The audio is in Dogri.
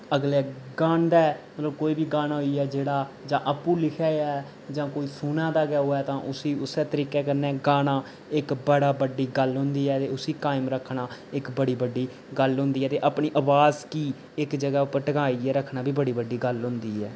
अगले गांदै मतलब कोई बी गाना होई गेआ जेह्ड़ा जां आपूं लिखा ऐ जां कोई सुना दा गै होवै तां उसी उस्सै तरीके कन्नै गाना इक बड़ा बड्डी गल्ल होंदी ऐ ते उसी कायम रक्खना इक बड़ी बड्डी गल्ल होंदी ऐ ते अपनी अवाज गी इक जगह उप्पर टकाइयै रक्खना बी बड़ी बड्डी गल्ल होंदी ऐ